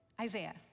Isaiah